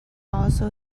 also